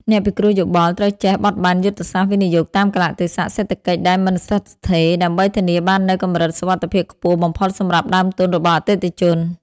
អ្នកពិគ្រោះយោបល់ត្រូវចេះបត់បែនយុទ្ធសាស្ត្រវិនិយោគតាមកាលៈទេសៈសេដ្ឋកិច្ចដែលមិនស្ថិតស្ថេរ ដើម្បីធានាបាននូវកម្រិតសុវត្ថិភាពខ្ពស់បំផុតសម្រាប់ដើមទុនរបស់អតិថិជន។